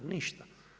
Ništa.